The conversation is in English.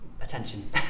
attention